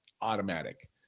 automatic